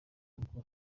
gukora